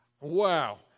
Wow